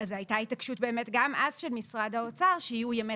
גם אז היתה התעקשות של משרד האוצר שיהיו קודם ימי